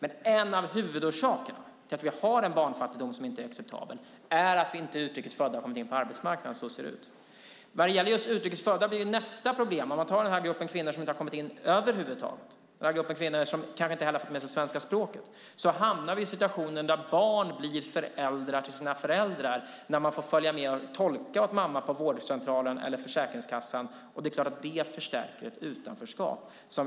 En av huvudorsakerna till att vi har en barnfattigdom som inte är acceptabel är att utrikesfödda inte har kommit in på arbetsmarknaden. Så ser det ut. När det gäller den grupp kvinnor som inte har kommit in över huvud taget, den grupp kvinnor som kanske inte ens har med sig svenska språket, hamnar vi i den situationen att barn blir föräldrar till sina föräldrar genom att de får följa med och tolka åt mamma på vårdcentralen eller Försäkringskassan. Det förstärker utanförskapet.